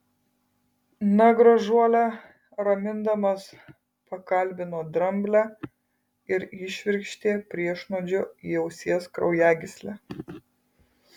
na gražuole ramindamas pakalbino dramblę ir įšvirkštė priešnuodžio į ausies kraujagyslę